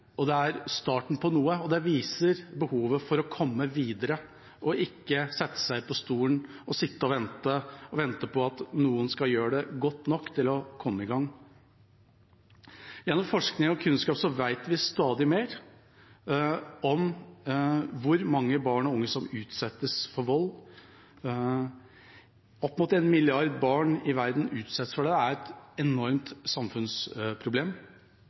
og det er starten på noe. Det viser behovet for å komme videre og ikke sette seg på stolen og vente på at noen skal gjøre det godt nok til å komme i gang. Gjennom forskning og kunnskap vet vi stadig mer om hvor mange barn og unge som utsettes for vold. Opp mot én milliard barn i verden utsettes for det. Det er et enormt samfunnsproblem.